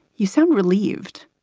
you sound relieved